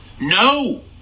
No